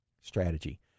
strategy